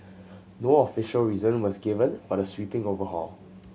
no official reason was given for the sweeping overhaul